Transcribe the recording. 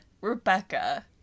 Rebecca